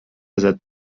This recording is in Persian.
ازت